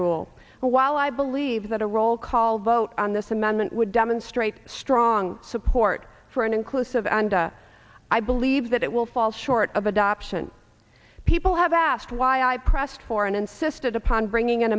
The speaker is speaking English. rule while i believe that a roll call vote on this amendment would demonstrate strong support for an inclusive and i believe that it will fall short of adoption people have asked why i pressed for and insisted upon bringing an